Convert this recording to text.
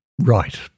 Right